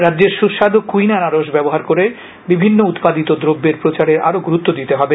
রাজ্যের সুস্বাদু কুইন আনারস ব্যবহার করে বিভিন্ন উৎপাদিত দ্রব্যের প্রচারে আরও গুরুত্ব দিতে হবে